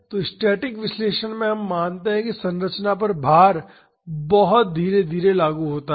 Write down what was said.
तो स्टैटिक विश्लेषण में हम मानते हैं कि संरचना पर भार बहुत धीरे धीरे लागू होता है